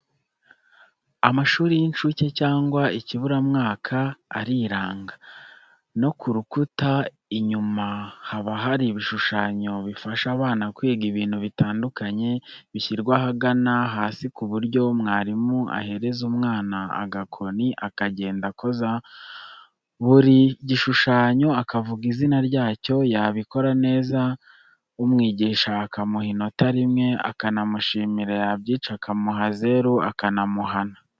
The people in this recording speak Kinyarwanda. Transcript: Amashuri y'incuke cyangwa ikiburamwaka ariranga, no ku rukuta inyuma haba hari ibishushanyo bifasha abana kwiga ibintu bitandukanye, bishyirwa ahagana hasi ku buryo mwarimu ahereza umwana agakoni akagenda akoza kuri buri gishushanyo, akavuga izina ryacyo, yabikora neza umwigisha akamuha inota rimwe akanamushimira, yabyica akamuha zeru, akanamuhana.